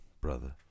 brother